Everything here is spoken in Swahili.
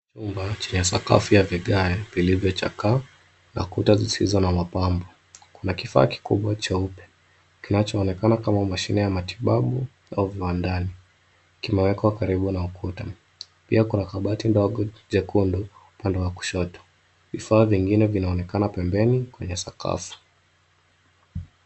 Chumba chenye sakafu ya vigae vilivyochakaa na kuta zisizo na mapambo. Kuna kifaa kikubwa cheupe kinachoonekana kama mashine ya matibabu au viwandani kimewekwa karibu na ukuta. Pia kuna kabati ndogo jekundu upande wa kushoto. Vifaa vingine vinaonekana pembeni kwenye sakafu.